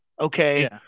Okay